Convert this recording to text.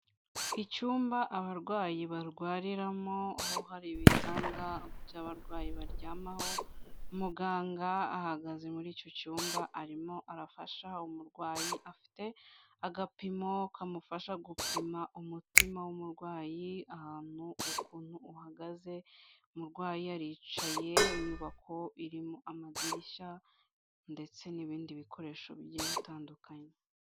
Icyumba abarwayi barwariramo aho hari ibitanda by'abarwayi baryamaho muganga ahagaze muri icyo cyumba arimo arafasha umurwayi, afite agapimo kamufasha gupima umutima w'umurwayi ahantu ukuntu uhagaze, umurwayi yaricaye, inyubako irimo amadirishya ndetse n'ibindi bikoresho bigiye bitandukanye.